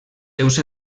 seus